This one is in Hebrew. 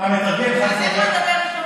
אז איך הוא ידבר איתו?